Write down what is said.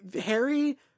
Harry